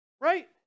Right